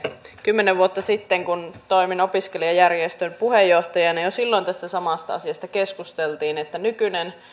kymmenen vuotta sitten kun toimin opiskelijajärjestön puheenjohtajana jo silloin keskusteltiin tästä samasta asiasta että nykyinen